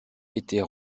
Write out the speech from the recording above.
étaient